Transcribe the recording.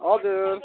हजुर